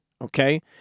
Okay